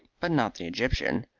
but not the egyptian.